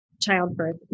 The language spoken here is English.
childbirth